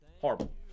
horrible